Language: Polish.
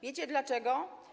Wiecie dlaczego?